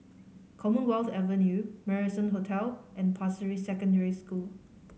Commonwealth Avenue Marrison Hotel and Pasir Ris Secondary School